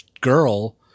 girl